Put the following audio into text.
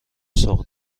سوق